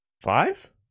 Five